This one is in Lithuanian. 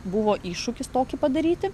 buvo iššūkis tokį padaryti